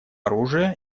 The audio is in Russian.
оружия